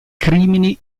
crimini